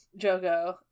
Jogo